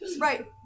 Right